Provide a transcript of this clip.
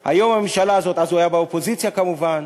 אז הוא היה באופוזיציה, כמובן: